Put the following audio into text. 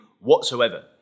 whatsoever